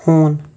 ہوٗن